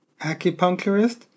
acupuncturist